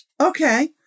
okay